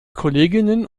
kolleginnen